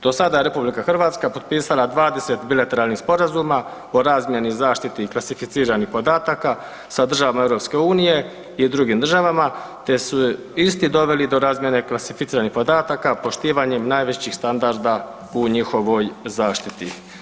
Do sada je RH potpisala 20 bilateralnih sporazuma o razmjeni i zaštiti klasificiranih podataka sa državama EU i drugim državama te su isti doveli do razmjene klasificiranih podataka poštivanjem najvećih standarda u njihovoj zaštiti.